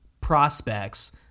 prospects